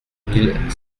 mille